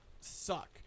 suck